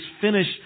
finish